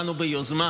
באתי ביוזמה